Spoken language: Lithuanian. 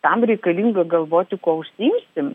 tam reikalinga galvoti kuo užsiimsim